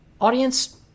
Audience